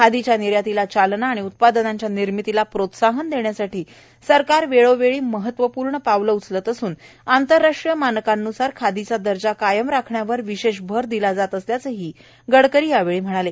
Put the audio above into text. खादीच्या निर्यातीला चालना आणि उत्पादनांच्या निर्मितीला प्रोत्साहन देण्यासाठी सरकार वेळोवेळी महत्वपूर्ण पावलं उचलत असून आंतरराष्ट्रीय मानकांन्सार खादीचा दर्जा कायम राखण्यावर विशेष भर दिला जात असल्याचंही गडकरी यावेळी म्हणाले